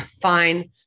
fine